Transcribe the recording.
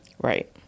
right